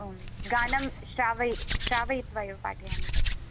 ओं गानं श्रावय् श्रावयित्वा एव पाठयामि तत्र